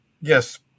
Yes